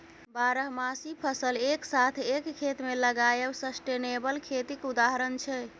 बारहमासी फसल एक साथ एक खेत मे लगाएब सस्टेनेबल खेतीक उदाहरण छै